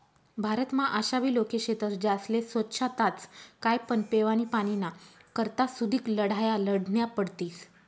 भारतमा आशाबी लोके शेतस ज्यास्ले सोच्छताच काय पण पेवानी पाणीना करता सुदीक लढाया लढन्या पडतीस